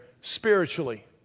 spiritually